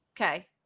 Okay